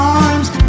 arms